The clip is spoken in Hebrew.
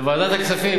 לוועדת הכספים,